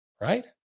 right